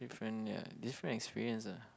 different ya different experience ah